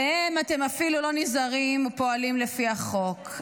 עליהם אתם אפילו לא נזהרים או פועלים לפי החוק.